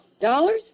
Dollars